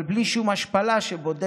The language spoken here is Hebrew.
אבל בלי שום השפלה שבודקת